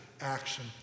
action